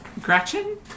Gretchen